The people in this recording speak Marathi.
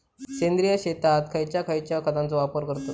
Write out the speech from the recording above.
सेंद्रिय शेतात खयच्या खयच्या खतांचो वापर करतत?